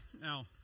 Now